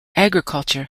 agriculture